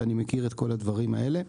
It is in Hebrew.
ואני מכיר את כל הדברים האלה.